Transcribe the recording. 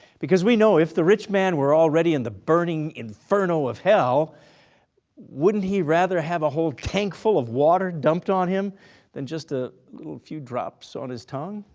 because we know if the rich man were already in the burning inferno of hell wouldn't he rather have a whole tankful of water dumped on him than just a little few drops on his tongue?